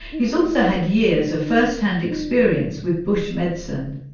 he's also had years of first hand experience with bush medicine.